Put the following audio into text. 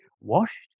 washed